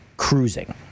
Cruising